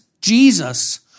Jesus